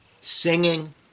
singing